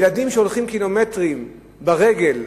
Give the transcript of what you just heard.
ילדים שהולכים קילומטרים ברגל,